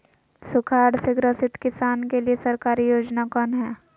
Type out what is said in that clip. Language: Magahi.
सुखाड़ से ग्रसित किसान के लिए सरकारी योजना कौन हय?